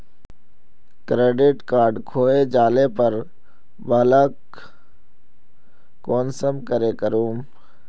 Credit card खोये जाले पर ब्लॉक कुंसम करे करूम?